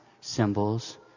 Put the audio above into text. symbols